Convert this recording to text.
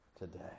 today